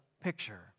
picture